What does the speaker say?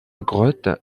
grotte